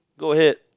go ahead